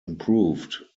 improved